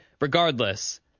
regardless